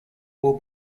will